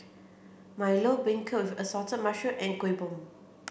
Milo Beancurd Assorted and Kuih Bom